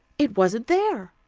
it wasn't there.